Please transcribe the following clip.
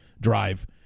drive